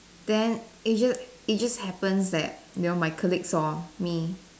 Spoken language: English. then is just it just happens that you know my colleague saw me